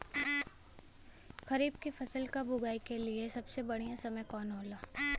खरीफ की फसल कब उगाई के लिए सबसे बढ़ियां समय कौन हो खेला?